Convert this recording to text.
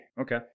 Okay